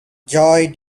joey